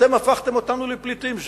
אתם הפכתם אותנו לפליטים,